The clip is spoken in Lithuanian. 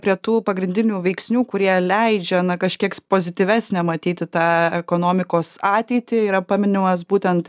prie tų pagrindinių veiksnių kurie leidžia na kažkiek pozityvesnę matyti tą ekonomikos ateitį yra paminimas būtent